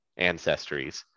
ancestries